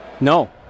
No